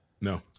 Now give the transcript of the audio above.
No